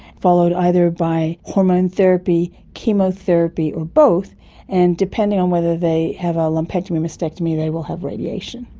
followed either by hormone therapy, chemotherapy or both and, depending on whether they have a lumpectomy or mastectomy they will have radiation.